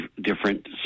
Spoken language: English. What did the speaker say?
different